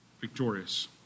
victorious